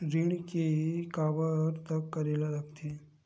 ऋण के काबर तक करेला लगथे?